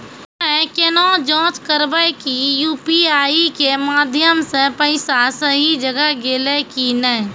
हम्मय केना जाँच करबै की यु.पी.आई के माध्यम से पैसा सही जगह गेलै की नैय?